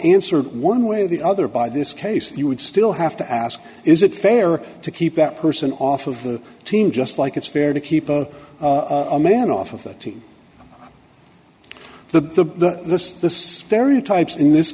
answer one way or the other by this case you would still have to ask is it fair to keep that person off of the team just like it's fair to keep a man off of the team the the stereotypes in this